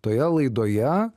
toje laidoje